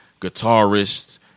guitarists